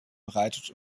bereitet